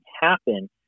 happen